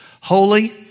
holy